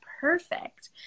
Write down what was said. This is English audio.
perfect